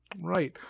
Right